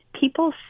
people